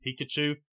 Pikachu